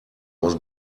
was